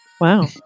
Wow